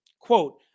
quote